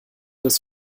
des